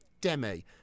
Demi